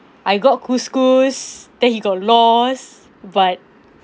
I got then he got lost but